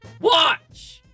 watch